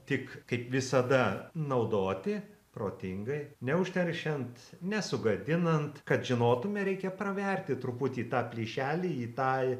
tik kaip visada naudoti protingai neužteršiant nesugadinant kad žinotume reikia praverti truputį tą plyšelį į tą